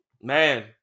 Man